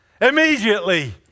Immediately